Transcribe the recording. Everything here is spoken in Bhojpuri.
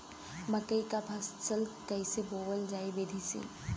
मकई क फसल कईसे बोवल जाई विधि से?